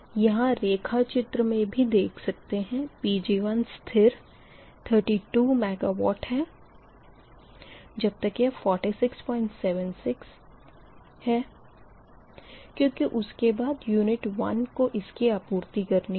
यहाँ रेखा चित्र मे भी देख सकते है Pg1 स्थिर 32 MW है जब तक यह 4676 क्यूँकि उसके बाद यूनिट 1 को इसकी आपूर्ति करनी होगी